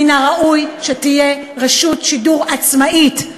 מן הראוי שתהיה רשות שידור עצמאית,